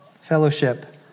Fellowship